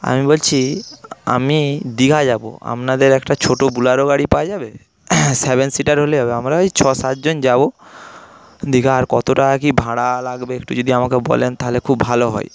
আমি বলছি আমি দিঘা যাবো আপনাদের একটা ছোটো বুলারো গাড়ি পাওয়া যাবে সেভেন সিটার হলেই হবে আমরা ওই ছ সাতজন যাবো দিঘা আর কত টাকা কি ভাড়া লাগবে একটু যদি আমাকে বলেন তাহলে খুব ভালো হয়